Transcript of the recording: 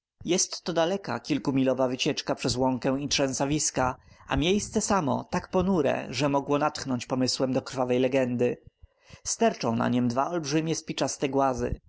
jest to daleka kilkomilowa wycieczka przez łąkę i trzęsawiska a miejsce samo tak ponure że mogło natchnąć pomysłem do krwawej legendy sterczą na niem dwa olbrzymie spiczaste głazy